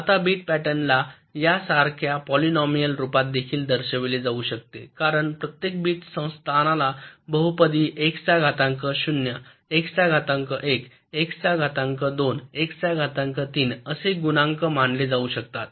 आता बिट पॅटर्नला यासारख्या पॉलिनोमियाल रूपात देखील दर्शविले जाऊ शकते कारण प्रत्येक बिट स्थानालाला बहुपदी x चा घातांक 0 x चा घातांक 1 x चा घातांक 2 x चा घातांक 3 असे गुणांक मानले जाऊ शकतात